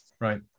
Right